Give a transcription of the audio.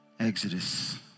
Exodus